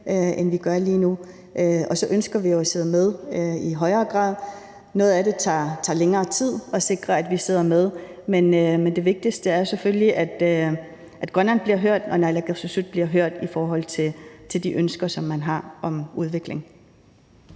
end vi gør lige nu, og så ønsker vi at sidde med i højere grad. For noget af det tager det længere tid i forhold til at sikre, at vi sidder med. Men det vigtigste er jo selvfølgelig, at Grønland bliver hørt og naalakkersuisut bliver hørt i forhold til de ønsker, man har, om udvikling.